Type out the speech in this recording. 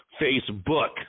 Facebook